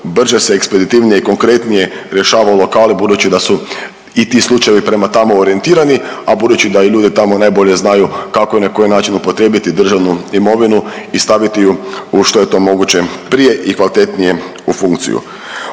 brže se, ekspeditivnije i konkretnije rješavalo kao i budući da su i ti slučajevi prema tamo orijentirani, a budući da i ljudi tamo najbolje znaju kako i na koji način upotrijebiti državnu imovinu i staviti ju u što je to moguće prije i kvalitetnije u funkciju.